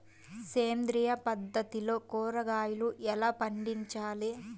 సేంద్రియ పద్ధతిలో కూరగాయలు ఎలా పండించాలి?